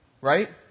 Right